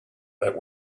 that